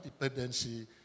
dependency